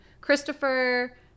christopher